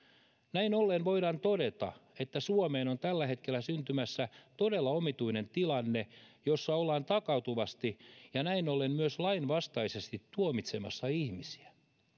näin ollen voidaan todeta että suomeen on tällä hetkellä syntymässä todella omituinen tilanne jossa ollaan takautuvasti ja näin ollen myös lainvastaisesti tuomitsemassa ihmisiä